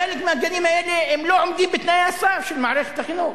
חלק מהגנים האלה לא עומדים בתנאי הסף של מערכת החינוך